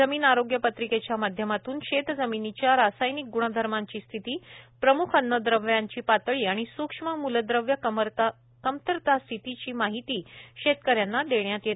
जमिन आरोग्य पत्रिकेच्या माध्यमात्न शेत जमिनीच्या रासायनिक ग्णधर्माची स्थिती प्रम्ख अन्नद्रव्यांची पातळी आणि स्क्ष्म मूलद्रव्य कमतरता स्थितीची माहिती शेतकऱ्यांना देण्यात येते